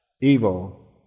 evil